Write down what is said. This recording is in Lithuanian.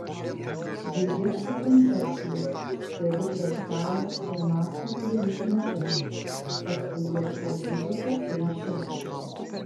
jie ieško koncepcijos sėdi prie stalo ir mąsto trejus metus paskui ieško būdo kaip tai išreikšti